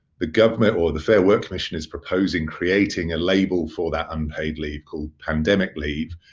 the government or the fair work commission is proposing creating a label for that unpaid leave called pandemic leave.